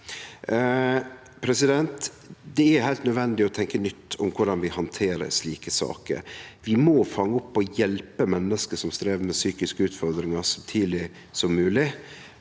helsevesenet. Det er heilt nødvendig å tenkje nytt om korleis vi handterer slike saker. Vi må fange opp og hjelpe menneske som strevar med psykiske utfordringar, så tidleg som mogleg,